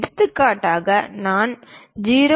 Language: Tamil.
எடுத்துக்காட்டாக நான் 0